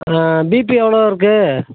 BP எவ்வளோருக்கு